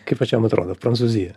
kaip pačiam atrodo prancūzija